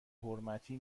حرمتی